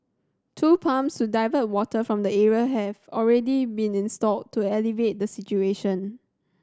two pumps divert water from the area have already been installed to alleviate the situation